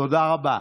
תודה רבה.